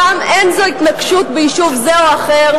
הפעם אין זו התנקשות ביישוב זה או אחר,